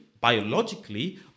biologically